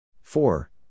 Four